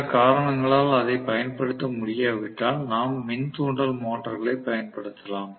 சில காரணங்களால் அதைப் பயன்படுத்த முடியாவிட்டால் நாம் மின் தூண்டல் மோட்டார்களை பயன்படுத்தலாம்